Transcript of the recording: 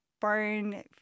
burn